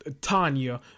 Tanya